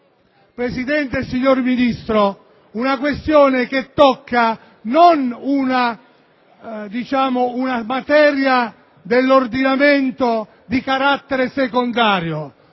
Presidente, signor Ministro, è una questione che tocca non una materia ordinamentale di carattere secondario,